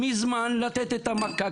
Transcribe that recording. מזמן לתת את המכה,